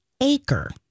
acre